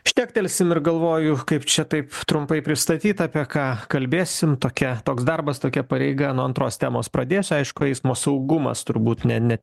šnektelsim ir galvoju kaip čia taip trumpai pristatyt apie ką kalbėsim tokia toks darbas tokia pareiga nuo antros temos pradėsiu aišku eismo saugumas turbūt ne ne